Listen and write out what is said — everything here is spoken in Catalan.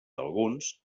alguns